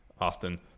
Austin